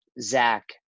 Zach